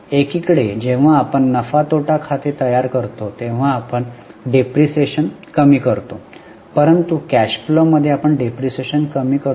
एकीकडे जेव्हा आपण नफा तोटा खाते तयार करतो तेव्हा आपण डेप्रिसिएशन कमी करतो परंतु कॅश फ्लो मध्ये आपण डेप्रिसिएशन कमी करतो